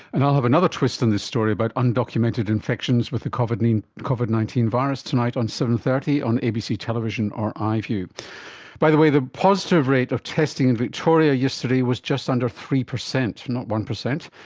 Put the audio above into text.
and i'll have another twist in this story about undocumented infections with the covid nineteen covid nineteen virus tonight on seven. thirty on abc television or iview. by the way, the positive rate of testing in victoria yesterday was just under three percent, not one percent,